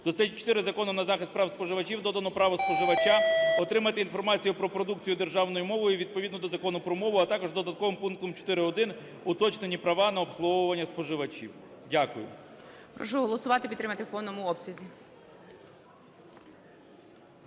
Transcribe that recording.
До статті 4 Закону "Про захист прав споживачів" додано право споживача отримати інформацію про продукцію державною мовою відповідно до Закону про мову, а також додатковим пунктом 4.1 уточнені права на обслуговування споживачів. Дякую. ГОЛОВУЮЧИЙ. Прошу голосувати і підтримати в повному обсязі.